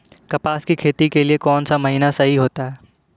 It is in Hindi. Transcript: कपास की खेती के लिए कौन सा महीना सही होता है?